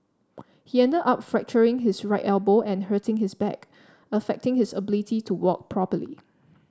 he ended up fracturing his right elbow and hurting his back affecting his ability to walk properly